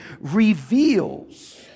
reveals